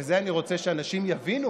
ואת זה אני רוצה שאנשים יבינו,